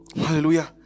Hallelujah